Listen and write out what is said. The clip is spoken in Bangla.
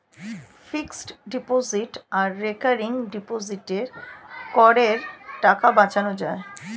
ফিক্সড ডিপোজিট আর রেকারিং ডিপোজিটে করের টাকা বাঁচানো যায়